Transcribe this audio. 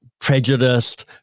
prejudiced